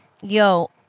Yo